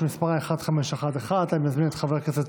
שמספרה 1511. אני מזמין את חבר הכנסת